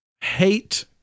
Hate